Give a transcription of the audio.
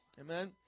Amen